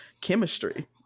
chemistry